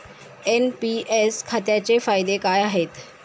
NPS खात्याचे फायदे काय आहेत?